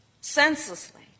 senselessly